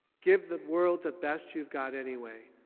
give the world the best you've got anyway.